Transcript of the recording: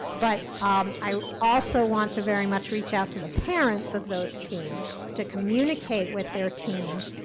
but i also want to very much reach out to the parents of those teens to communicate with their teens.